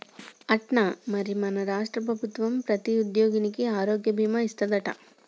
అట్నా మరి మన రాష్ట్ర ప్రభుత్వం ప్రతి ఉద్యోగికి ఆరోగ్య భీమా ఇస్తాదట